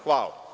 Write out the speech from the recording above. Hvala.